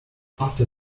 after